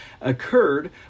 occurred